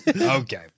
Okay